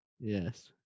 Yes